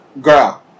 Girl